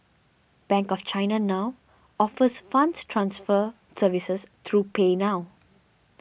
Bank of China now offers funds transfer services through PayNow